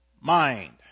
mind